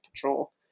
control